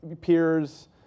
peers